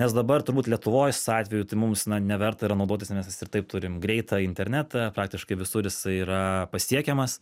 nes dabar turbūt lietuvos atveju tai mums na neverta yra naudotis nes mes ir taip turim greitą internetą praktiškai visur jisai yra pasiekiamas